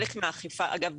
אגב,